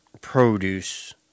produce